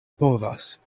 povas